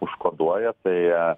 užkoduoja tai